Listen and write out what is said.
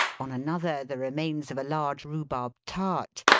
on another, the remains of a large rhubarb tart,